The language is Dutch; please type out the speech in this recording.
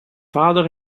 vader